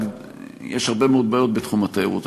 יש הרבה מאוד בעיות בתחום התיירות,